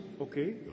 Okay